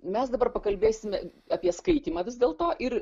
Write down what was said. mes dabar pakalbėsime apie skaitymą vis dėlto ir